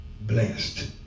blessed